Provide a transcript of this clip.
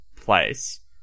place